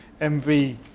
MV